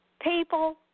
People